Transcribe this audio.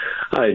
Hi